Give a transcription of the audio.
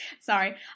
Sorry